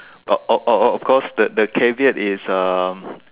of of of of course the the caveat is um